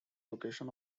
location